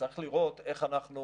וצריך לראות איך אנחנו